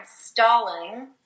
installing